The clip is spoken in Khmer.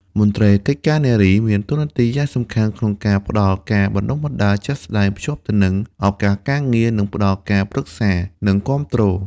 មន្ទីរកិច្ចការនារី មានតួនាទីយ៉ាងសំខាន់ក្នុងការផ្តល់ការបណ្តុះបណ្តាលជាក់ស្តែង ភ្ជាប់ទៅនឹងឱកាសការងារ និងផ្តល់ការប្រឹក្សា និងគាំទ្រ។